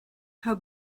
how